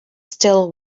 still